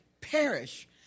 perish